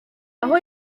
aho